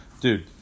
Dude